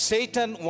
Satan